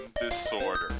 disorder